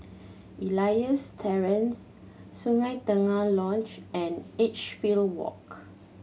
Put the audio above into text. Elias Terrace Sungei Tengah Lodge and Edgefield Walk